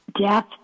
death